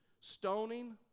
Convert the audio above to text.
stoning